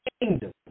kingdom